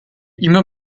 immer